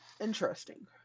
Interesting